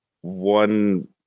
one